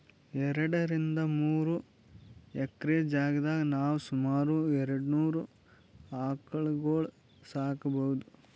ಎರಡರಿಂದ್ ಮೂರ್ ಎಕ್ರೆ ಜಾಗ್ದಾಗ್ ನಾವ್ ಸುಮಾರ್ ಎರಡನೂರ್ ಆಕಳ್ಗೊಳ್ ಸಾಕೋಬಹುದ್